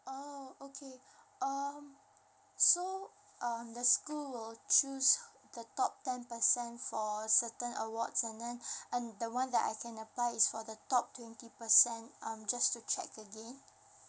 oh okay um so um the school will choose the top ten percent for certain awards and then and the one that I can apply is for the top twenty percent um just to check again